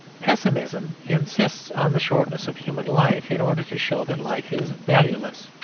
pessimism insists on the shortness of human life in order to show that life is valueless.